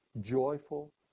joyful